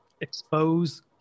expose